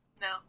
No